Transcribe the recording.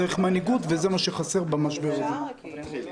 צריך מנהיגות, וזה מה שחסר במשבר הזה.